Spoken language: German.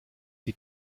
die